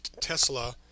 Tesla